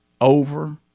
over